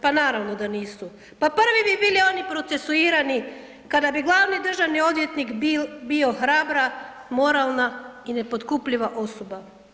Pa naravno da nisu, pa prvi bi bili oni procesuirani kada bi glavni državni odvjetnik bio hrabra, moralna i nepotkupljiva osoba.